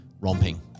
romping